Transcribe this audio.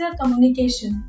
communication